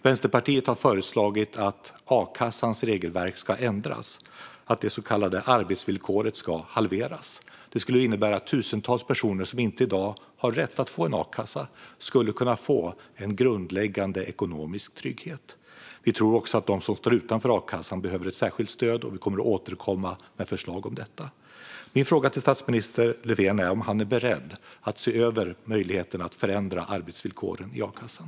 Vänsterpartiet har föreslagit att a-kassans regelverk ska ändras och att det så kallade arbetsvillkoret ska halveras. Det skulle innebära att tusentals personer som i dag inte har rätt att få a-kassa skulle kunna få en grundläggande ekonomisk trygghet. Vi tror också att de som står utanför a-kassan behöver ett särskilt stöd, och vi kommer att återkomma med förslag om detta. Jag undrar om statsminister Löfven är beredd att se över möjligheten att förändra arbetsvillkoren i a-kassan.